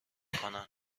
میکنن